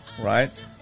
right